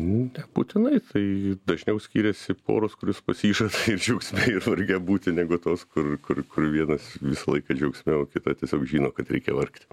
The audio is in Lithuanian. nebūtinai tai dažniau skiriasi poros kurios pasižada ir džiaugsme ir varge būti negu tos kur kur kur vienas visą laiką džiaugsme o kita tiesiog žino kad reikia vargti